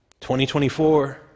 2024